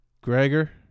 Gregor